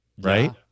right